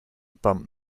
bump